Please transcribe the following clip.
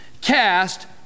Cast